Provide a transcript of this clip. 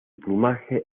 plumaje